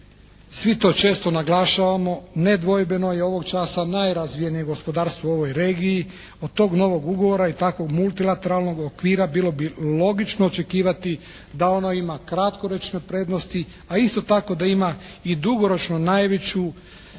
svi to često naglašavamo, nedvojbeno je ovog časa najrazvijenije gospodarstvo u ovoj regiji od tog novog ugovora i takvog multilateralnog okvira bilo bi logično očekivati da ono ima kratkoročne prednosti, a isto tako da ima i dugoročno najveću